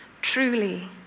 truly